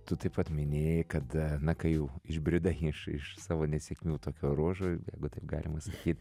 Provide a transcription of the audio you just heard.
tu taip pat minėjai kad na kai jau išbridai iš iš savo nesėkmių tokio ruožo jeigu taip galima sakyt